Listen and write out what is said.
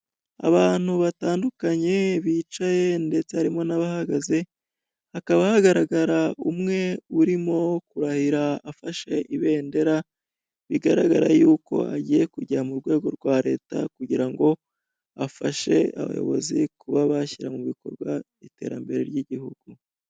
Abantu batandukanye bicaye ndetse harimo n'abahagaze, hakaba hagaragara umwe urimo kurahira afashe ibendera. Bigaragara yuko agiye kujya mu rwego rwa leta kugira ngo afashe abayobozi kuba bashyira mu bikorwa iterambere ry'igihugu.